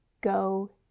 Go